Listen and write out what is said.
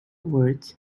words